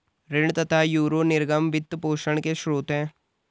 ऋण तथा यूरो निर्गम वित्त पोषण के स्रोत है